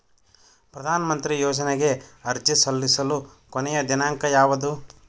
ಪ್ರಧಾನ ಮಂತ್ರಿ ಯೋಜನೆಗೆ ಅರ್ಜಿ ಸಲ್ಲಿಸಲು ಕೊನೆಯ ದಿನಾಂಕ ಯಾವದು?